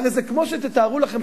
הרי זה כמו שתתארו לכם,